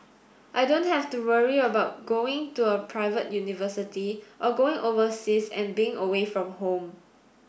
I don't have to worry about going to a private university or going overseas and being away from home